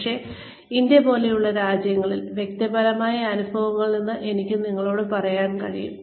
പക്ഷേ ഇന്ത്യ പോലുള്ള സ്ഥലങ്ങളിൽ വ്യക്തിപരമായ അനുഭവത്തിൽ നിന്ന് എനിക്ക് നിങ്ങളോട് പറയാൻ കഴിയും